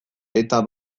eta